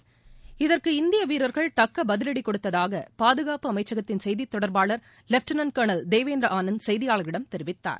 ராணுவத்தினர் இந்தியவீரர்கள் தக்கபதிலடிகொடுத்ததாகபாதுகாப்பு அமைச்சகத்தின் செய்திதொடர்பாளர் இதற்கு லெட்டினன்ட் கலோனல் தேவேந்தர் ஆனந்த் செய்தியாளர்களிடம் தெரிவித்தார்